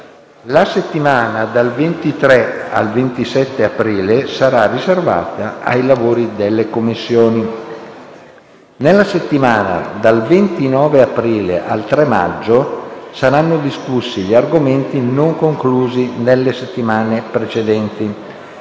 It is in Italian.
La settimana dal 23 al 27 aprile sarà riservata ai lavori delle Commissioni. Nella settimana dal 29 aprile al 3 maggio saranno discussi gli argomenti non conclusi nelle settimane precedenti.